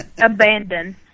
Abandon